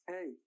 Hey